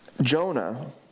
Jonah